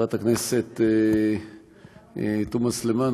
חברת הכנסת תומא סלימאן,